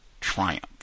triumph